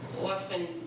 often